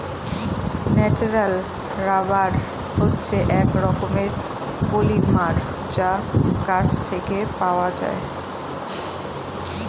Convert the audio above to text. natural rubber হচ্ছে এক রকমের পলিমার যা গাছ থেকে পাওয়া যায়